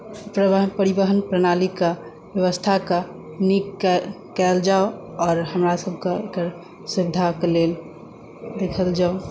तरहक परिवहन प्रणालीके व्यवस्थाकेँ नीक कयल जाउ आओर हमरासभकेँ एकर सुविधाके लेल देखल जाउ